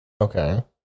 Okay